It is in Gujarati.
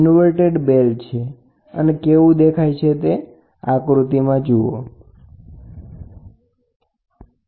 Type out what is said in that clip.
તો ચાલો સમજૂતી જોઈએ ઇન્વર્ટેડ મેનોમીટરએ બીજું દબાણ માપવાનું ઉપકરણ છે જે મિકેનિકલ ડિસ્પ્લેસમેન્ટ પ્રકારનું છે